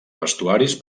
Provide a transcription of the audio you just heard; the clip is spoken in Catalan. vestuaris